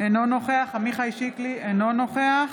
אינו נוכח עמיחי שיקלי, אינו נוכח